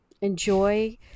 Enjoy